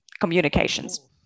communications